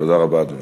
תודה רבה, אדוני.